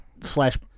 slash